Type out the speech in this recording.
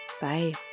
Bye